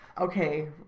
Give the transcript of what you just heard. okay